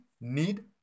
need